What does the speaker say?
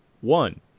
One